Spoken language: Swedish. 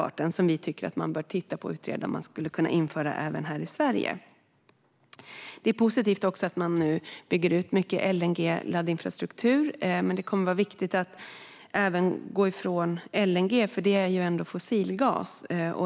Det är något som vi tycker att man bör utreda om vi skulle kunna införa även här i Sverige. Det är också positivt att mycket LNG-laddinfrastruktur nu byggs ut. Men det kommer att vara viktigt att även gå ifrån LNG, för det är ändå fossilgas.